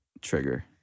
trigger